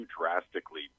drastically